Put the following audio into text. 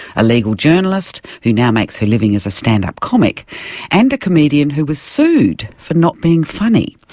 a legal journalist who now makes her living as a stand-up comic and a comedian who was sued for not being funny.